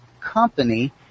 company